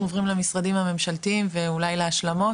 עוברים למשרדים הממשלתיים ואולי להשלמות?